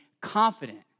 confident